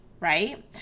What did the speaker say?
right